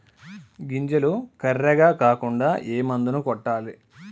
గింజలు కర్రెగ కాకుండా ఏ మందును కొట్టాలి?